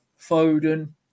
Foden